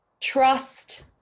trust